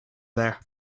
there